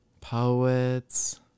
poets